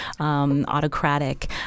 autocratic